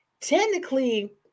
Technically